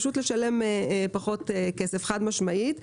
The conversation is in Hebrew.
חד-משמעית.